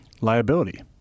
Liability